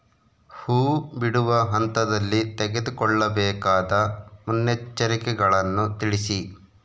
ಹೂ ಬಿಡುವ ಹಂತದಲ್ಲಿ ತೆಗೆದುಕೊಳ್ಳಬೇಕಾದ ಮುನ್ನೆಚ್ಚರಿಕೆಗಳನ್ನು ತಿಳಿಸಿ?